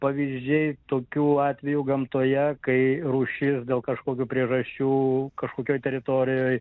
pavyzdžiai tokių atvejų gamtoje kai rūšis dėl kažkokių priežasčių kažkokioj teritorijoj